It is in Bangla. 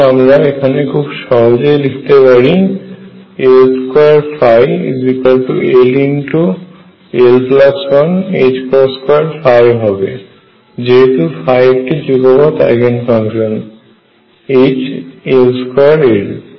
এবং আমরা এখানে খুব সহজেই লিখতে পারি L2 ll12 হবে যেহেতু একটি যুগপৎ আইগেন ফাংশন H এবং L2 এর